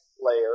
layer